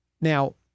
now